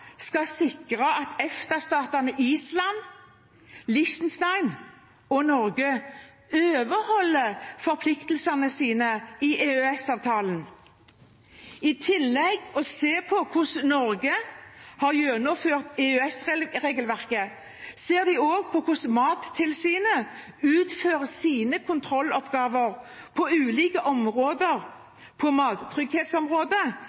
Norge overholder forpliktelsene sine i EØS-avtalen. I tillegg til å se på hvordan Norge har gjennomført EØS-regelverket, ser de på hvordan Mattilsynet utfører sine kontrolloppgaver på ulike